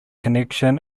connection